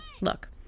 look